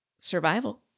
survival